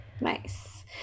Nice